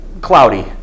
cloudy